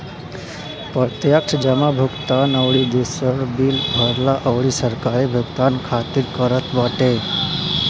प्रत्यक्ष जमा भुगतान अउरी दूसर बिल भरला अउरी सरकारी भुगतान खातिर करत बाटे